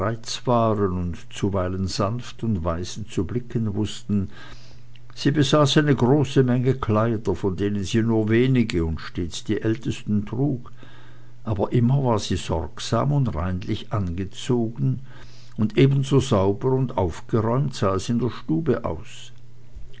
zuweilen sanft und weise zu blicken wußten sie besaß eine große menge kleider von denen sie nur wenige und stets die ältesten trug aber immer war sie sorgsam und reinlich angezogen und ebenso sauber und aufgeräumt sah es in der stube aus